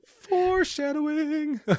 Foreshadowing